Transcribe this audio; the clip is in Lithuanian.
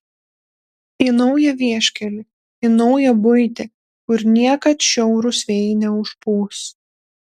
į naują vieškelį į naują buitį kur niekad šiaurūs vėjai neužpūs